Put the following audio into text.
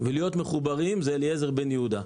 ולהיות מחוברים זה אליעזר בן יהודה.